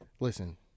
Listen